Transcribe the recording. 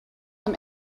them